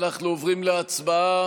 אנחנו עוברים להצבעה.